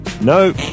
No